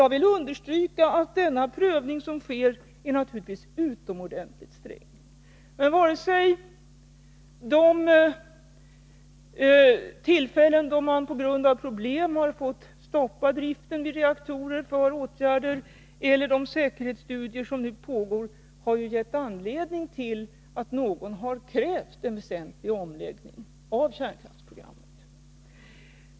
Jag vill understryka att den prövning som sker naturligtvis är utomordentligt sträng, men varken de tillfällen då man på grund av problem har måst stoppa driften vid reaktorer för åtgärder eller de säkerhetsstudier som nu pågår har ju gett anledning till att någon har krävt en väsentlig omläggning av kärnkraftsprogrammet.